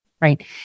right